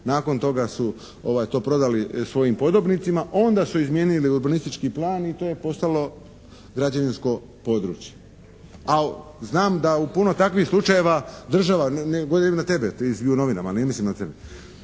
Nakon toga su to prodali svojim podobnicima. Onda su izmijenili urbanistički plan i to je postalo građevinsko područje. A znam da u puno takvih slučajeva država, ne govorim na tebe, ti si bio u novinama, ne mislim na tebe,